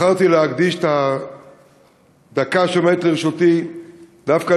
בחרתי להקדיש את הדקה שעומדת לרשותי דווקא